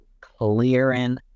clearing